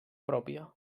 pròpia